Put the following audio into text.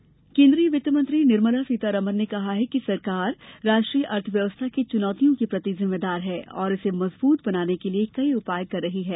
सीतारामन सौ दिन केन्द्रीय वित्त मंत्री निर्मला सीतारामन ने कहा है कि सरकार राष्ट्रीय अर्थव्यवस्था की चुनौतियों के प्रति जिम्मेदार हैं और इसे मजबूत बनाने के लिए कई उपाय कर रही है